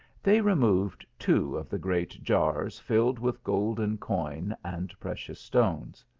they removed two of the great jars, filled with golden coin and precious stones.